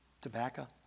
Tobacco